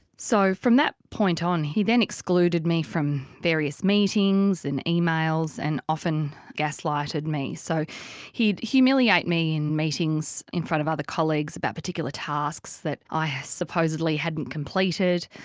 so from that point on he then excluded me from various meetings and emails and often gaslighted me. so he'd humiliate me in meetings in front of other colleagues about particular tasks that i supposedly hadn't completed,